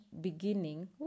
beginning